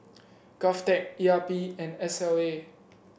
Govtech E R P and S L A